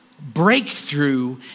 breakthrough